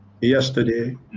yesterday